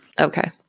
Okay